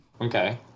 Okay